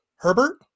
Herbert